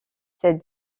cette